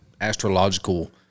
astrological